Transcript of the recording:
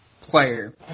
player